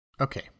Okay